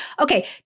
Okay